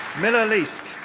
millar leask.